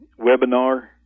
webinar